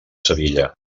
sevilla